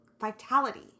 vitality